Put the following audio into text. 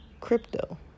crypto